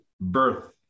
birth